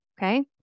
Okay